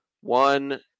One